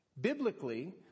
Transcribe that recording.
biblically